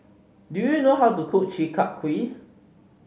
do you know how to cook Chi Kak Kuih